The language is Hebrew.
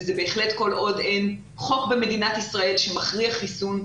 וזה בהחלט כל עוד אין חוק במדינת ישראל שמכריח חיסון,